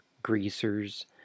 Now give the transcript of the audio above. greasers